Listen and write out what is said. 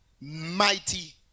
mighty